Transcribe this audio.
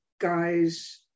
guys